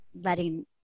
letting